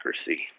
accuracy